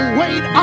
wait